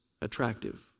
attractive